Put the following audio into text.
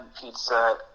pizza